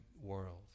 world